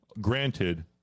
granted